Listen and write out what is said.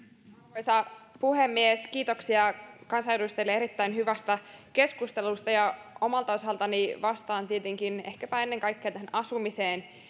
arvoisa puhemies kiitoksia kansanedustajille erittäin hyvästä keskustelusta omalta osaltani tietysti vastaan ehkäpä ennen kaikkea asumiseen